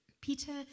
Peter